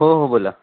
हो हो बोला